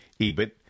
EBIT